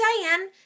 Diane